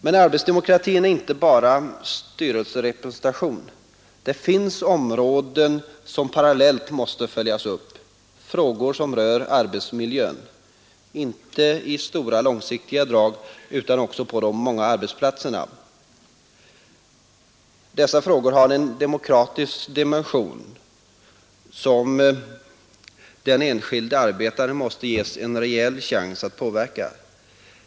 Men arbetsdemokratin är inte bara styrelserepresentation. Det finns områden som måste följas upp parallellt, frågor som rör arbetsmiljön, inte bara i stora och långsiktiga drag utan också på de många arbetsplatserna. Dessa frågor har en demokratisk dimension, som den enskilde arbetaren måste ges en rejäl chans att påverka.